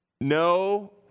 no